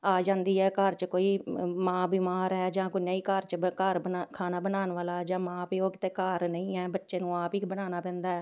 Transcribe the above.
ਆ ਜਾਂਦੀ ਹੈ ਘਰ 'ਚ ਕੋਈ ਮਾਂ ਬਿਮਾਰ ਹੈ ਜਾਂ ਕੋਈ ਨਹੀਂ ਘਰ 'ਚ ਘਰ ਖਾਣਾ ਬਣਾਉਣ ਵਾਲਾ ਜਾਂ ਮਾਂ ਪਿਓ ਤਾਂ ਘਰ ਨਹੀਂ ਹੈ ਬੱਚੇ ਨੂੰ ਆਪ ਹੀ ਬਣਾਉਣਾ ਪੈਂਦਾ